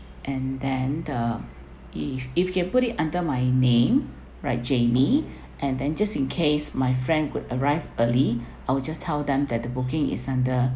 and then uh if if can put it under my name right jamie and then just in case my friend could arrive early I will just tell them that the booking is under